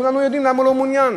כולנו יודעים למה הוא לא מעוניין,